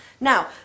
Now